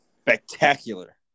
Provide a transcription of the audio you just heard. spectacular